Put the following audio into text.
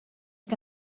que